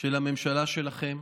של הממשלה שלכם,